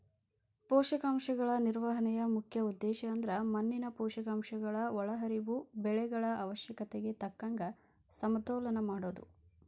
ಪೋಷಕಾಂಶಗಳ ನಿರ್ವಹಣೆಯ ಮುಖ್ಯ ಉದ್ದೇಶಅಂದ್ರ ಮಣ್ಣಿನ ಪೋಷಕಾಂಶಗಳ ಒಳಹರಿವು ಬೆಳೆಗಳ ಅವಶ್ಯಕತೆಗೆ ತಕ್ಕಂಗ ಸಮತೋಲನ ಮಾಡೋದು